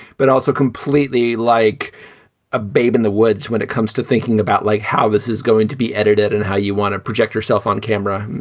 but also completely like a babe in the woods when it comes to thinking about like how this is going to be edited and how you want to project yourself on camera.